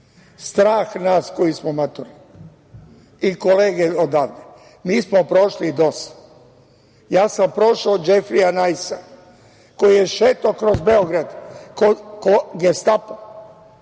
strah nas koji smo matori, i kolege odavde. Mi smo prošli DOS. Ja sam prošao Džefrija Najsa koji je šetao kroz Beograd kao Gestapo.